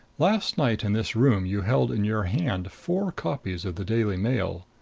last night in this room you held in your hand four copies of the daily mail.